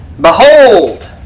Behold